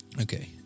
okay